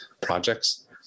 projects